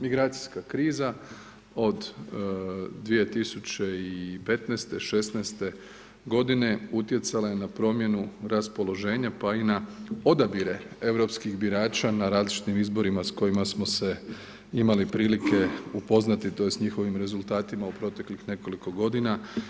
Migracijska kriza od 2015., šesnaeste godine utjecala je na promjenu raspoloženja, pa i na odabire europskih birača na različitim izborima sa kojima smo se imali prilike upoznati, tj. njihovim rezultatima u proteklih nekoliko godina.